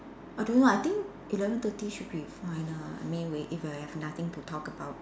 I don't know I think eleven thirty should be fine ah I mean we if I have nothing to talk about